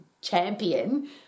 champion